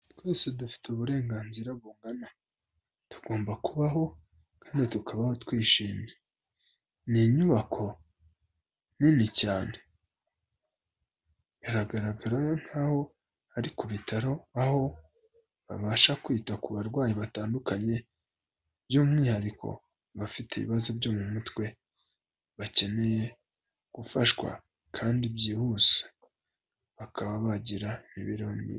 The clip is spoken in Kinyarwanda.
Twese dufite uburenganzira bungana, tugomba kubaho kandi tukabaho twishimye. Ni inyubako nini cyane, biragaragara nk'aho ari ku bitaro, aho babasha kwita ku barwayi batandukanye, by'umwihariko abafite ibibazo byo mu mutwe, bakeneye gufashwa kandi byihuse, bakaba bagira imiberero myiza.